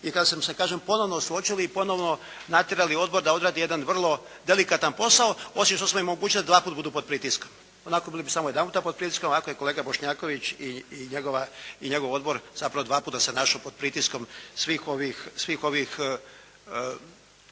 i kada smo se kažem ponovo suočili i ponovo natjerali odbor da odradi jedan vrlo delikatan posao osim što smo im omogućili da dva puta pod pritiskom. Onako bili bi samo jedanputa pod pritiskom, ovako je kolega Bošnjaković i njegov odbor zapravo dva puta se našao pod pritiskom svih ovih